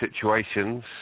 situations